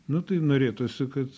nu tai norėtųsi kad